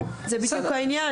התקינה,